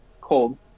cold